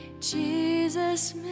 Jesus